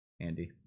andy